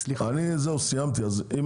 אמרנו מה שאמרנו,